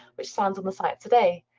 which stands on the site today.